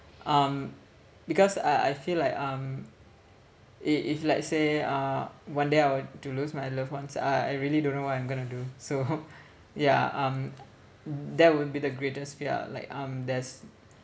um because I I feel like um if if let's say uh one day I were to lose my loved ones uh I really don't know what I'm gonna do so yeah um that would be the greatest fear like um there's